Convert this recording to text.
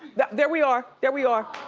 there we are, there we are.